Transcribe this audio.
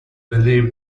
believe